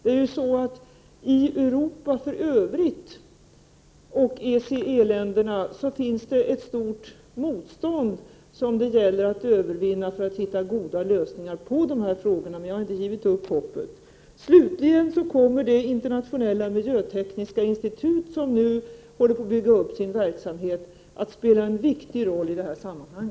I Europa för övrigt och i EEC-länderna finns ett stort motstånd som det gäller att övervinna för att hitta goda lösningar på dessa frågor. Men jag har inte givit upp hoppet. Slutligen kommer det internationella miljötekniska institut som nu håller på att bygga upp sin verksamhet att spela en viktig roll i detta sammanhang.